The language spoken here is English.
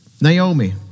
Naomi